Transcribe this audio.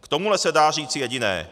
k tomuhle se dá říci jediné.